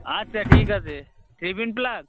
আচ্ছা ঠিক আছে থ্রি পিন প্লাগ